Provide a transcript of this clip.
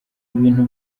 ibintu